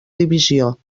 divisió